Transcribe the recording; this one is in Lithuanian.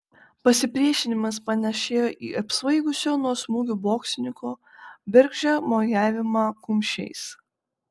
pasipriešinimas panėšėjo į apsvaigusio nuo smūgių boksininko bergždžią mojavimą kumščiais